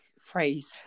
phrase